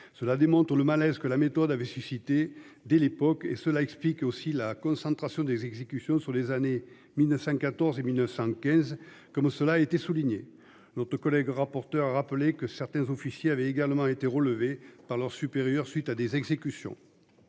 Cela démontre le malaise que la méthode avait suscité dès l'époque et cela explique aussi la concentration des exécutions sur les années 1914 et 1915 comme cela été souligné notre collègue rapporteur a rappelé que certains officiers avaient également été relevés par leurs supérieurs, suite à des exécutions.